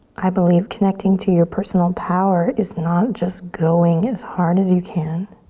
i believe connecting to your personal power is not just going as hard as you can.